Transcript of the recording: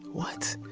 what?